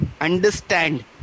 understand